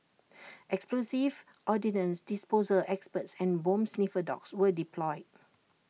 explosives ordnance disposal experts and bomb sniffer dogs were deployed